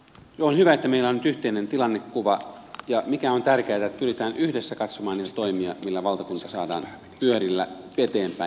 on hyvä että meillä on nyt yhteinen tilannekuva ja mikä on tärkeätä pyritään yhdessä katsomaan niitä toimia millä valtakunta saadaan pyörillä eteenpäin